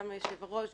גם ליושב-הראש,